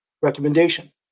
recommendation